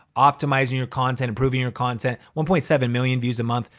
optimizing your content, improving your content. one point seven million views a month,